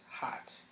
hot